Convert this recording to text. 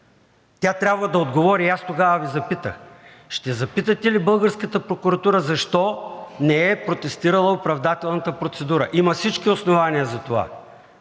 Тя трябва да отговори и аз тогава Ви запитах – ще запитате ли българската прокуратура защо не е протестирала оправдателната присъда? Има всички основания за това,